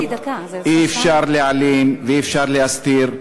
אי-אפשר להעלים ואי-אפשר להסתיר.